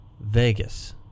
Vegas